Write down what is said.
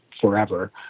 forever